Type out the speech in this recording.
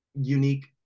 unique